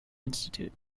institute